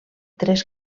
tres